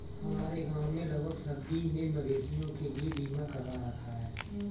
हमारे गांव में लगभग सभी ने मवेशियों के लिए बीमा करवा रखा है